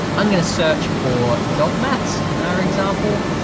i'm gonna search for dog mats in our example.